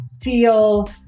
feel